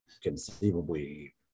Conceivably